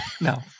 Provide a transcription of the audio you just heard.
No